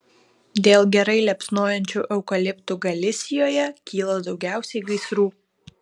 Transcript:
dėl gerai liepsnojančių eukaliptų galisijoje kyla daugiausiai gaisrų